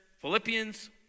Philippians